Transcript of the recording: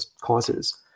causes